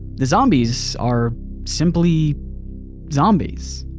the zombies are simply zombies.